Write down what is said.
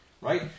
right